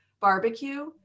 barbecue